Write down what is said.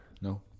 No